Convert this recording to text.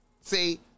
See